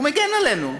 הוא מגן עלינו.